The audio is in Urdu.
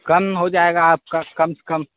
کم ہو جائے گا آپ کا کم سے کم